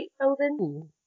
building